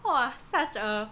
!wah! such a